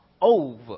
over